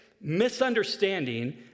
misunderstanding